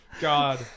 God